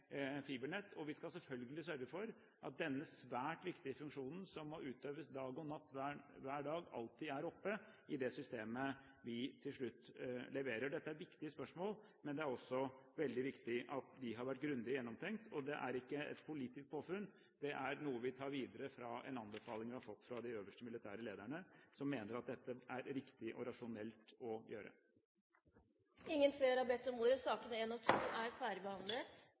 i fibernett. Vi skal selvfølgelig sørge for at denne svært viktige funksjonen, som må utøves hver dag og hver natt, alltid er oppe i det systemet vi til slutt leverer. Dette er viktige spørsmål, men det er også veldig viktig at de har vært grundig gjennomtenkt. Dette er ikke et politisk påfunn, det er noe vi tar videre fra en anbefaling vi har fått fra de øverste militære lederne, som mener at dette er riktig og rasjonelt å gjøre. Flere har ikke bedt om ordet til sakene nr. 1 og